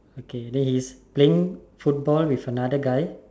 okay then he is playing football with another guy